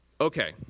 Okay